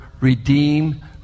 redeem